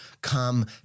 come